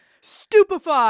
Stupefy